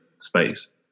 space